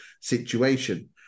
situation